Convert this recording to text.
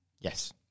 Yes